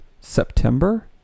September